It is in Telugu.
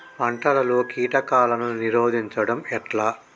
పంటలలో కీటకాలను నిరోధించడం ఎట్లా?